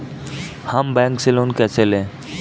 हम बैंक से लोन कैसे लें?